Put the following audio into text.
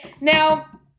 Now